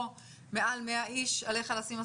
או מעל 100 איש עליך לשים מסכה.